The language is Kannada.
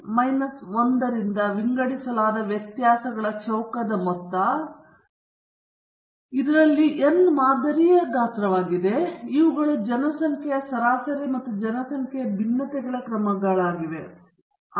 N ಮೈನಸ್ ಒನ್ನಿಂದ ವಿಂಗಡಿಸಲಾದ ವ್ಯತ್ಯಾಸಗಳ ಚೌಕದ ಮೊತ್ತ ಇದರಲ್ಲಿ n ಮಾದರಿ ಗಾತ್ರವಾಗಿದೆ ಮತ್ತು ಇವುಗಳು ಜನಸಂಖ್ಯೆಯ ಸರಾಸರಿ ಮತ್ತು ಜನಸಂಖ್ಯೆಯ ಭಿನ್ನತೆಗಳ ಕ್ರಮಗಳಾಗಿವೆ